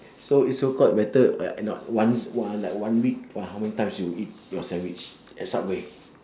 so it so called better like not once one like one week !wah! how many times you eat your sandwich at subway